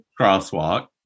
crosswalk